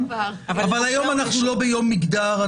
אבל היום אנחנו לא ביום מגדר,